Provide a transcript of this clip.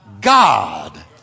God